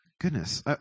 goodness